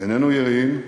איננו יראים,